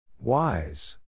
Wise